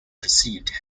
perceived